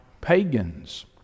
pagans